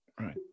Right